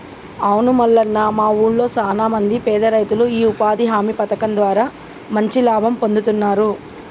అవును మల్లన్న మా ఊళ్లో సాన మంది పేద రైతులు ఈ ఉపాధి హామీ పథకం ద్వారా మంచి లాభం పొందుతున్నారు